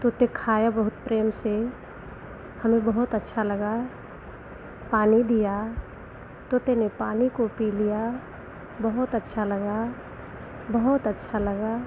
तोता खाया बहुत प्रेम से हमें बहुत अच्छा लगा पानी दिया तोते ने पानी को पी लिया बहुत अच्छा लगा बहुत अच्छा लगा